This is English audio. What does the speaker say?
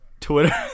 Twitter